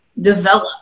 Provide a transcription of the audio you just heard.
develop